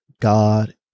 God